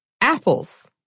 apples